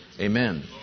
amen